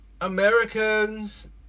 Americans